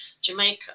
Jamaica